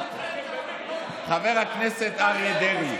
חבר הכנסת אריה דרעי,